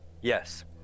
Yes